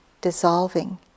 dissolving